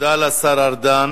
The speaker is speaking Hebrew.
תודה לשר ארדן.